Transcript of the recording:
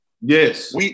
Yes